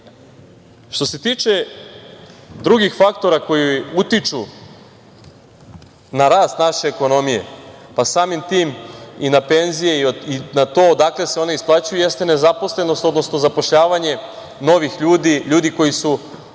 se tiče drugih faktora koji utiču na rast naše ekonomije, samim tim i na penzije i na to odakle se one isplaćuju, jeste nezaposlenost, odnosno zapošljavanje novih ljudi, ljudi koji su